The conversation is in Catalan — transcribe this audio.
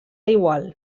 igual